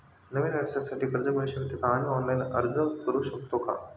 नवीन व्यवसायासाठी कर्ज मिळू शकते का आणि ऑनलाइन अर्ज करू शकतो का?